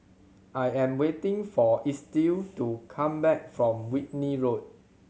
I am waiting for Estill to come back from Whitley Road